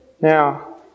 Now